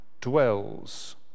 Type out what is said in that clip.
dwells